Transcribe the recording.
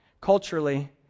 culturally